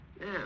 Now